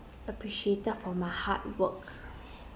appreciated for my hard work